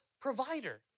provider